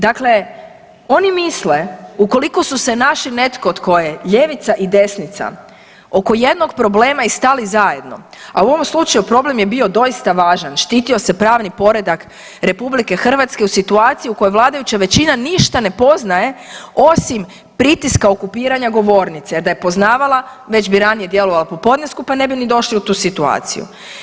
Dakle, oni misle ukoliko su se našli netko tko je ljevica i desnica, o oko jednog problema i stali zajedno, a u ovom slučaju problem je bio doista važan, štitio se pravni poredak RH u situaciji u kojoj vladajuća većina ništa ne poznaje osim pritiska okupiranja govornice jer da je poznavala, već bi ranije djelovala po podnesku pa ne bi ni došli u tu situaciju.